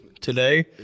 today